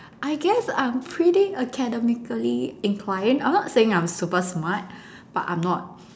I guess I'm pretty academically inclined I'm not saying I'm super smart but I'm not